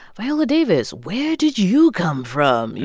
viola davis, where did you come from? you